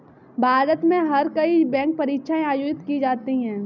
भारत में हर साल कई बैंक परीक्षाएं आयोजित की जाती हैं